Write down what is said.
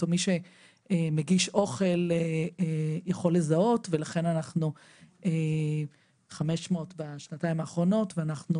או מי שמגיש אוכל יכול לזהות ולכן אנחנו 500 בשנתיים האחרונות ואנחנו